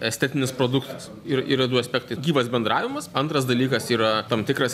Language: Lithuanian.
estetinis produktas ir yra du aspektai gyvas bendravimas antras dalykas yra tam tikras